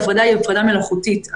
ההפרדה היא הפרדה מלאכותית.